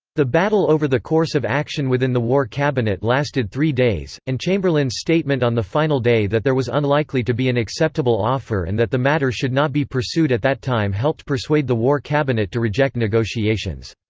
the battle over the course of action within the war cabinet lasted three days, and chamberlain's statement on the final day that there was unlikely to be an acceptable offer and that the matter should not be pursued at that time helped persuade the war cabinet to reject negotiations.